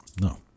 No